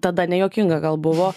tada nejuokinga gal buvo